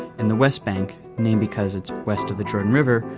and the west bank, named because it's west of the jordan river,